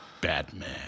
Batman